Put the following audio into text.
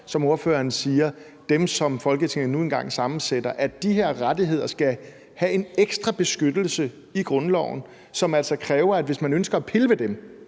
som ordføreren siger, dem, som Folketinget nu engang sammensætter, der bestemmer det, men at de her rettigheder skal have en ekstra beskyttelse i grundloven, som kræver, at hvis man ønsker at pille ved